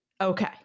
Okay